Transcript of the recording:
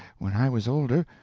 when i was older,